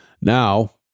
Now